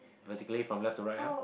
vertically from left to right ah